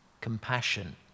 compassion